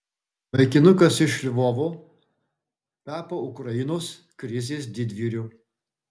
vaikinukas iš lvovo tapo ukrainos krizės didvyriu